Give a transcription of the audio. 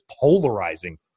polarizing